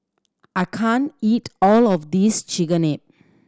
I can't eat all of this Chigenabe